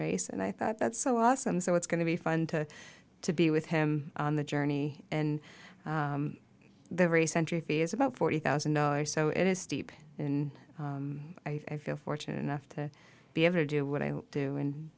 race and i thought that's so awesome so it's going to be fun to to be with him on the journey and the very center fee is about forty thousand dollars so it is steep and i feel fortunate enough to be able to do what i do and